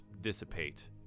dissipate